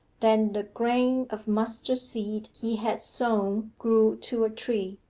than the grain of mustard-seed he had sown grew to a tree.